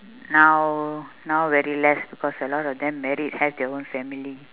now now very less because a lot of them married have their own family